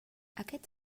aquest